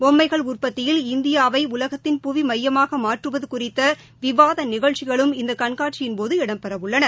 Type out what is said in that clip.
பொம்மைகள் உற்பத்தியில் இந்தியாவைஉலகத்தின் புவிமையமாகமாற்றுவதுகுறித்தவிவாதநிகழ்ச்சிகளும் இந்தகண்காட்சியின்போது இடம்பெறவுள்ளன